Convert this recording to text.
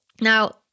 Now